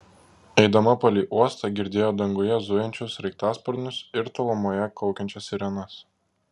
eidama palei uostą girdėjo danguje zujančius sraigtasparnius ir tolumoje kaukiančias sirenas